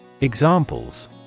Examples